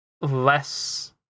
less